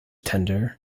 tender